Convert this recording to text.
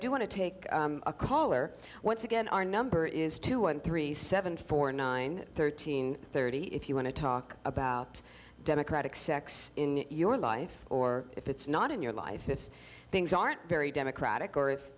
do want to take a caller once again our number is two one three seven four nine thirteen thirty if you want to talk about democratic sex in your life or if it's not in your life if things aren't very democratic or if